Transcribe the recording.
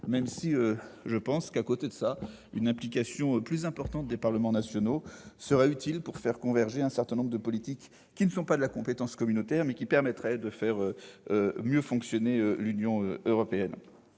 de l'Europe, même si une implication plus importante des parlements nationaux serait utile pour faire converger un certain nombre de politiques qui, sans relever de la compétence communautaire, permettraient de faire mieux fonctionner l'Union européenne.